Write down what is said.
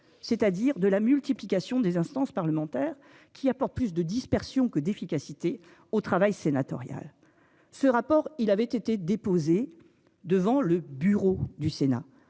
c'est-à-dire de la multiplication des instances parlementaires qui apporte plus de dispersion que d'efficacité au travail sénatorial. Ce rapport, il avait été déposée. Devant le bureau du Sénat